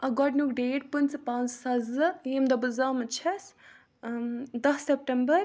گۄڈٕنیُک ڈیٹ پٕنٛژٕہ پانٛژھ زٕ ساس زٕ ییٚمہِ دۄہ بہٕ زامٕژ چھَس ٲں دٔہ سیٚپٹیٚمبَر